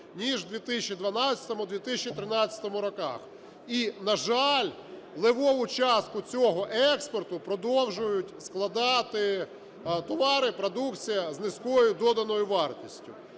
ніж в 2012-2013 роках. І, на жаль, левову частку цього експорту продовжують складати товари, продукція з низькою доданою вартістю.